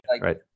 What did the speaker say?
Right